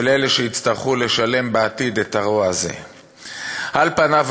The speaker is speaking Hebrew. אלה שיצטרכו לשלם בעתיד על הרוע הזה.